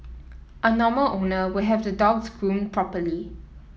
a normal owner would have the dogs groomed properly